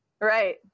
right